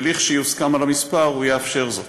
ולכשיוסכם על המספר הוא יאפשר זאת.